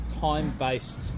time-based